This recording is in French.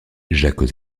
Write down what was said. jacques